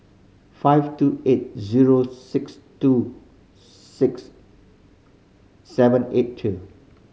five two eight zero six two six seven eight two